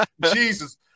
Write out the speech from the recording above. Jesus